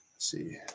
See